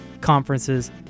conferences